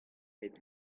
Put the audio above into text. pet